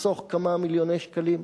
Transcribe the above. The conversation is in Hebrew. כמה מיליוני שקלים?